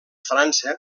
frança